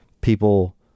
people